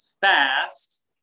fast